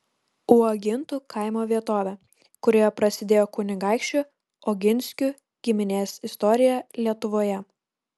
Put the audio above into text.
uogintų kaimo vietovę kurioje prasidėjo kunigaikščių oginskių giminės istorija lietuvoje